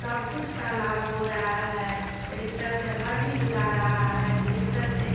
सब कुछ का लाभ हो रहा है टलेक्टर से हल भी जोता रहा है टलेक्टर से